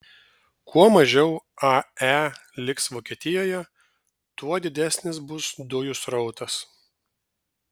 kuo mažiau ae liks vokietijoje tuo didesnis bus dujų srautas